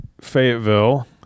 Fayetteville